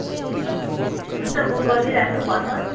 ए हुन्छ बुक गरिदिइराख्छु भन्नुहोस्